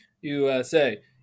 USA